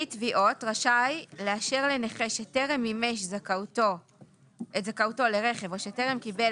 פקיד התביעות רשאי לאשר לנכה שטרם מימש את זכאותו לרכב או שטרם קיבל